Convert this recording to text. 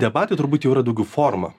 debatai turbūt jau yra daugiau forma